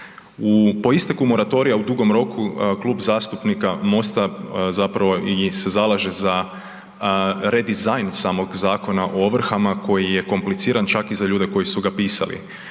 po isteku moratorija u dugom roku Klub zastupnika MOST-a zapravo i se zalaže za redizajn samog Zakona o ovrhama koji je kompliciran čak i za ljude koji su ga pisali